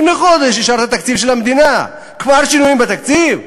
לפני חודש אושר תקציב המדינה, כבר שינויים בתקציב?